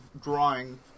drawing